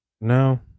No